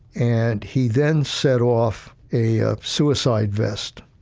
and he then set off a ah suicide vest.